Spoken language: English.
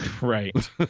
Right